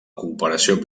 cooperació